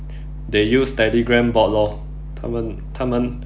they use Telegram bot lor 他们他们